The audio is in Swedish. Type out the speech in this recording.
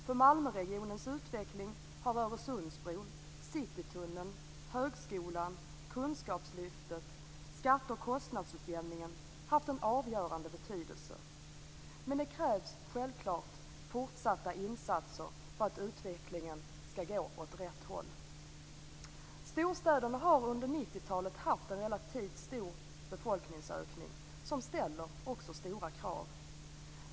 För Malmöregionens utveckling har Öresundsbron, Citytunneln, högskolan, kunskapslyftet och skatte och kostnadsutjämningen haft en avgörande betydelse. Men det krävs självklart fortsatta insatser för att utvecklingen skall gå åt rätt håll. Storstäderna har under 90-talet haft en relativt stark befolkningsökning, som också ställer stora krav.